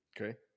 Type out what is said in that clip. Okay